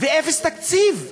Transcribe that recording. ואפס תקציב?